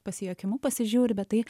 pasijuokimu pasižiūri bet tai